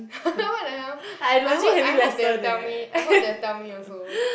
what the hell I hope I hope they will tell me I hope they will tell me also